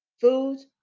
food